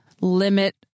limit